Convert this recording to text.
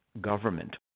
government